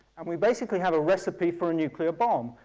and we basically have a recipe for a nuclear bomb.